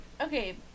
okay